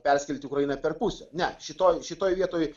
perskelti ukrainą per pusę ne šitoj šitoj vietoj